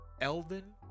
Elden